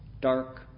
Dark